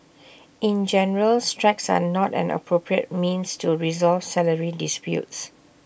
in general strikes are not an appropriate means to resolve salary disputes